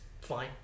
fine